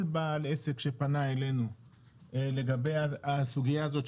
כל בעל עסק שפנה אלינו לגבי הסוגיה הזאת,